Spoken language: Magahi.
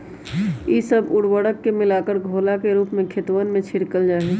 ई सब उर्वरक के मिलाकर घोला के रूप में खेतवन में छिड़कल जाहई